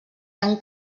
tan